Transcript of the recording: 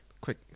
quick